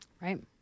Right